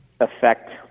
affect